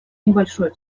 небольшое